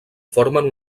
formen